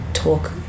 Talk